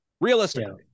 Realistically